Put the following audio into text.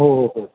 हो हो हो